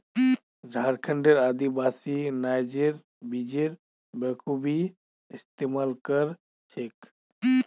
झारखंडेर आदिवासी नाइजर बीजेर बखूबी इस्तमाल कर छेक